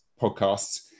podcasts